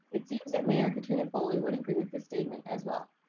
it seems that mayor katrina foley would agree with the statement as well.